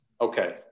Okay